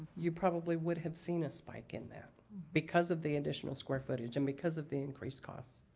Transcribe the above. your probably would have seen a spike in that because of the additional square footage and because of the increased costs.